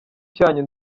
cyanyu